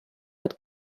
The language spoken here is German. wird